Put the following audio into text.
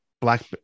black